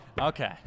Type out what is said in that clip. Okay